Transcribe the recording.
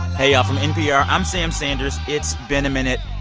hey, y'all. from npr, i'm sam sanders. it's been a minute.